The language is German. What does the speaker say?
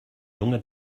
junge